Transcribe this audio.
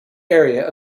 area